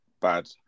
bad